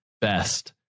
best